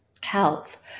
health